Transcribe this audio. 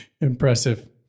Impressive